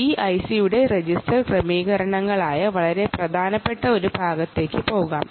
ഈ ഐസിയുടെ register set ചെയ്യുക എന്നത് വളരെ പ്രധാനപ്പെട്ട ഒരു കാര്യാണ്